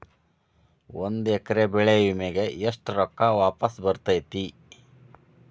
ಒಂದು ಎಕರೆ ಬೆಳೆ ವಿಮೆಗೆ ಎಷ್ಟ ರೊಕ್ಕ ವಾಪಸ್ ಬರತೇತಿ?